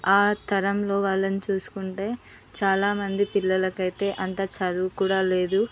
ఆ తరంలో వాళ్ళని చూసుకుంటే చాలామంది పిల్లలకైతే అంత చదువు కూడా లేదు